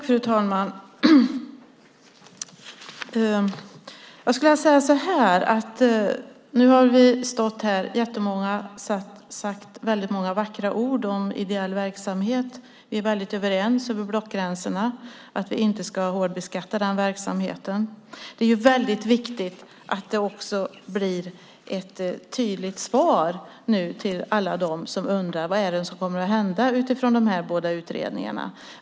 Fru talman! Nu har många här sagt väldigt många vackra ord om ideell verksamhet, och vi är mycket överens över blockgränsen om att inte hårdbeskatta den verksamheten. Men det är också mycket viktigt att det blir ett tydligt svar till alla som undrar vad som kommer att hända utifrån de båda utredningarna.